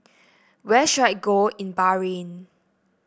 where should I go in Bahrain